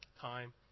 time